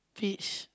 peach